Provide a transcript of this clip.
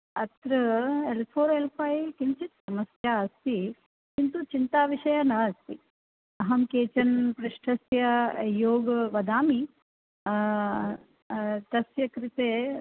अत्र L four L फ़ै किञ्चित् समस्या अस्ति किन्तु चिन्ताविषयः नास्ति अहं केचन पृष्ठस्य योगं वदामि तस्य कृते